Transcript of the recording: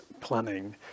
planning